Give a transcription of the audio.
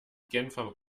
genfer